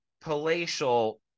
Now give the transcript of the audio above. palatial